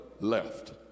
left